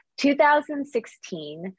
2016